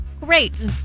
Great